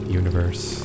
universe